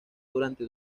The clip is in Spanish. durante